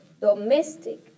domestic